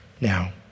Now